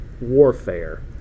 warfare